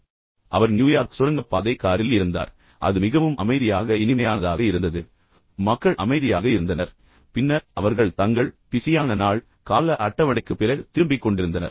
எனவே அவர் இந்த நியூயார்க் சுரங்கப்பாதை காரில் இருந்தார் அது மிகவும் அமைதியாக இருந்தது மிகவும் இனிமையானதாக இருந்தது பின்னர் மக்கள் அனைவரும் அமைதியாக இருந்தனர் பின்னர் அவர்கள் தங்கள் பிஸியான நாள் பிஸியான கால அட்டவணைக்குப் பிறகு திரும்பிக் கொண்டிருந்தனர்